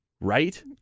right